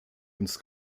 ins